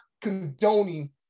condoning